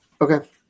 Okay